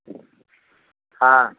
हाँ